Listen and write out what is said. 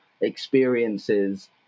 experiences